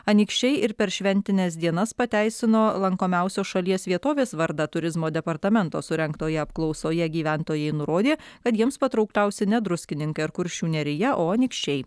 anykščiai ir per šventines dienas pateisino lankomiausios šalies vietovės vardą turizmo departamento surengtoje apklausoje gyventojai nurodė kad jiems patraukliausi ne druskininkai ar kuršių nerija o anykščiai